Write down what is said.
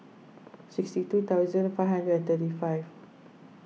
sixty two thousand five hundred and thirty five